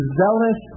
zealous